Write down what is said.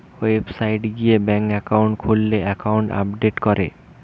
website গিয়ে bank account খুললে account update করে